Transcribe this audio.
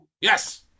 Yes